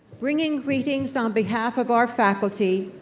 bringing greetings on behalf of our faculty,